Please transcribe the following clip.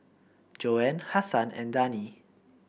Joanne Hasan and Dani